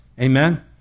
Amen